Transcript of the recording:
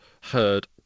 heard